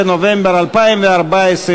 בקריאה ראשונה ויועברו לוועדת הכנסת לצורך,